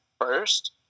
first